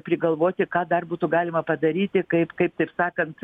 prigalvoti ką dar būtų galima padaryti kaip kaip taip sakant